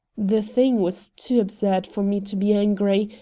the thing was too absurd for me to be angry,